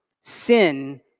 Sin